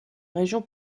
région